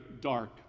dark